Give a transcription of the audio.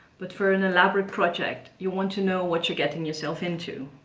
but for an elaborate project you want to know what you're getting yourself into.